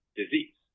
disease